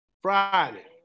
Friday